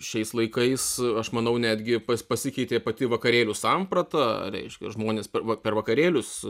šiais laikais aš manau netgi pasikeitė pati vakarėlių samprata reiškia žmonės per va per vakarėlius